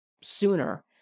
sooner